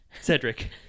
cedric